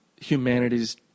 humanity's